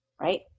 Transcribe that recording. right